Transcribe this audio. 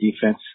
defense